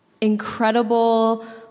incredible